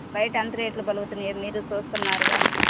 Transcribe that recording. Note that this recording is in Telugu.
బయట ఎంత రేట్లు పలుకుతున్నాయో మీరూ చూస్తన్నారుగా